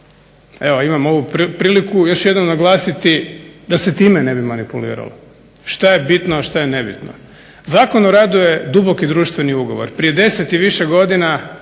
evo imam ovu priliku još jednom naglasiti da se time ne bi manipuliralo, što je bitno a što je nebitno. Zakon o radu je duboki društveni ugovor. Prije 10 i više godina